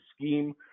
scheme